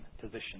position